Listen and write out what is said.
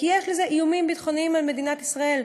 כי יש בזה איומים ביטחוניים על מדינת ישראל.